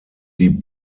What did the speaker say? die